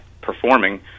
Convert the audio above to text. performing